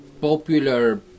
popular